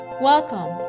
Welcome